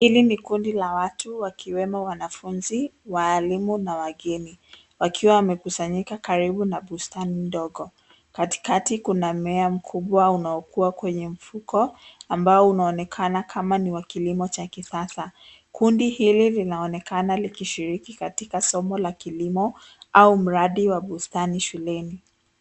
Hili ni kundi la watu wakiwemo wanafunzi, waalimu na wageni, wakiwa wamekusanyika karibu na bustani ndogo. Katikati kuna mmea mkubwa unaokua kwenye mfuko ambao unaonekana kama ni wa kilimo cha kisasa. Kundi hili linaonekana likishiriki katika somo la kilimo au mradi wa bustani shuleni.